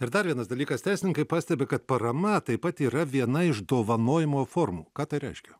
ir dar vienas dalykas teisininkai pastebi kad parama taip pat yra viena iš dovanojimo formų ką tai reiškia